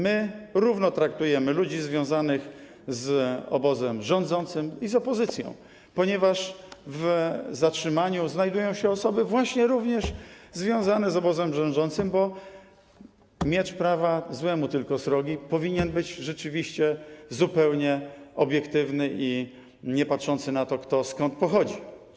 My równo traktujemy ludzi związanych z obozem rządzącym i z opozycją, ponieważ zatrzymywane są osoby również związane z obozem rządzącym, bo miecz prawa złemu tylko srogi, powinien być rzeczywiście zupełnie obiektywny i niepatrzący na to, kto skąd pochodzi.